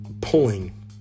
pulling